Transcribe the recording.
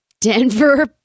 Denver